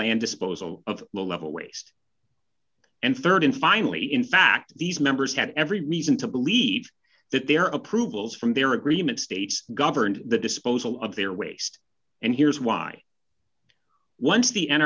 land disposal of low level waste and rd and finally in fact these members had every reason to believe that their approvals from their agreement states governed the disposal of their waste and here's why once the n